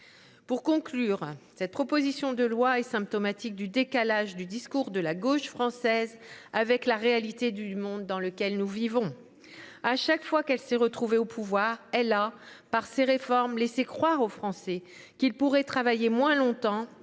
Pour conclure, cette proposition de loi est symptomatique du décalage entre les discours de la gauche française et la réalité du monde dans lequel nous vivons. À chaque fois qu’elle s’est retrouvée au pouvoir, elle a, par ses réformes, laissé croire aux Français qu’ils pourraient travailler moins longtemps,